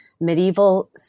Medieval